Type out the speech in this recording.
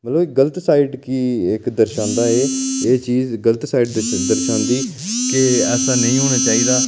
मतलब एह् गलत साइड गी इक दर्शांदा ऐ ते एह् चीज गलत साइड दर्शांदी कि ऐसा नेईं होना चाहिदा